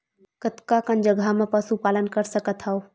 कतका कन जगह म पशु पालन कर सकत हव?